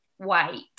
White